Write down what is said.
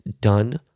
done